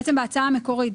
בהצעה המקורית,